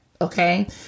okay